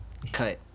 Cut